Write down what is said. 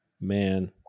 Man